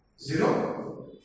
Zero